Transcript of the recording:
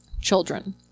children